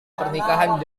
pernikahan